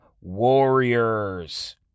Warriors